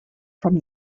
from